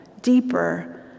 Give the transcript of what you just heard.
deeper